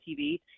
tv